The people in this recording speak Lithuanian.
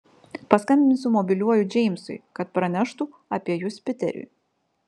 paskambinsiu mobiliuoju džeimsui kad praneštų apie jus piteriui